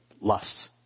lusts